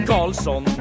Carlson